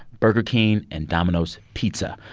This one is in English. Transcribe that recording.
burger king and domino's pizza.